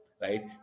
right